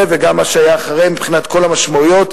וגם מה שהיה אחרי מבחינת כל המשמעויות,